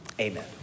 Amen